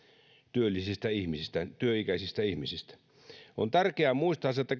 työikäisistä ihmisistä työikäisistä ihmisistä on tärkeää muistaa se että